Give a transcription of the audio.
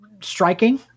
striking